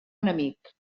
enemic